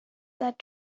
that